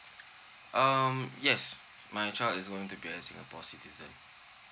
um yes my child is going to be a singapore citizen